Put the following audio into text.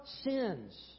sins